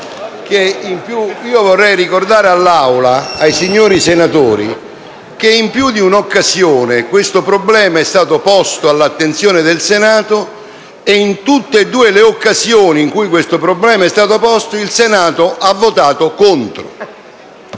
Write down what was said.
vorrei ricordare all'Assemblea e ai signori senatori che in più di un'occasione questo problema è stato posto all'attenzione del Senato e in tutte le occasioni in cui questo problema è stato posto il voto del Senato è stato